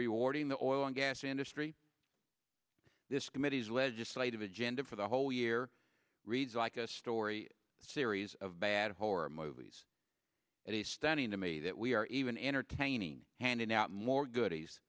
rewarding the oil and gas industry this committee's legislative agenda for the whole year reads like a story a series of bad horror movies and a stunning to me that we are even entertaining handing out more goodies